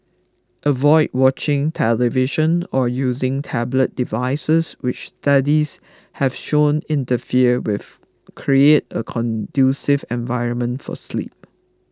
avoid watching television or using tablet devices which studies have shown interfere with create a conducive environment for sleep